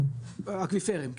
האקוויפרים.